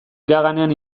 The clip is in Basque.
iraganean